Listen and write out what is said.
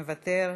מוותר,